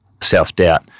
self-doubt